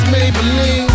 Maybelline